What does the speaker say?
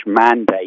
Mandate